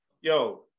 Yo